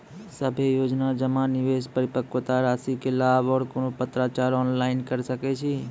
सभे योजना जमा, निवेश, परिपक्वता रासि के लाभ आर कुनू पत्राचार ऑनलाइन के सकैत छी?